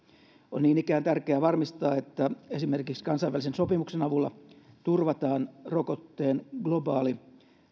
on niin ikään tärkeää varmistaa että esimerkiksi kansainvälisen sopimuksen avulla turvataan rokotteen globaali